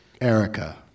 Erica